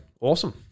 awesome